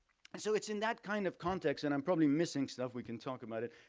and so it's in that kind of context and i'm probably missing stuff, we can talk about it,